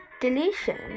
delicious